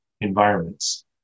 environments